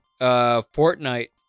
Fortnite